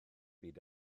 byd